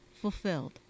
fulfilled